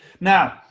now